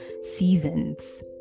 seasons